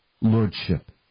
lordship